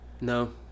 No